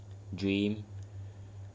dreams